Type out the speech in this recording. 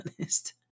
honest